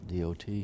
DOT